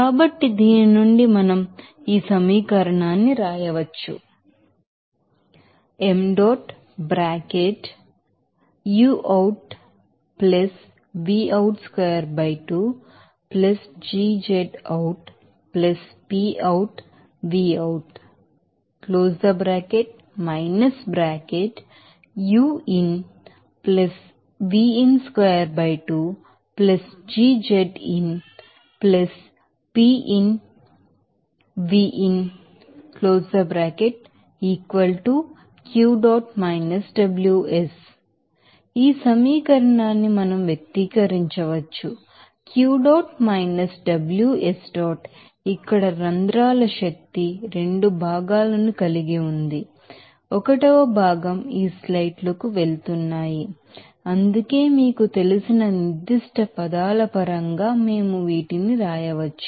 కాబట్టి దీని నుండి మనం ఈ సమీకరణాన్ని వ్రాయవచ్చు ఈ సమీకరణాన్ని మనం వ్యక్తీకరించవచ్చు ఇక్కడ రంధ్రాల శక్తి2 భాగాలను కలిగి ఉంది 1 భాగాలు ఈ సైట్లకు వెళుతున్నాయి అందుకే మీకు తెలిసిన నిర్దిష్ట పదాల పరంగా మేము వీటిని వ్రాయవచ్చు